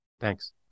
Thanks